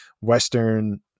Western